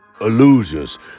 illusions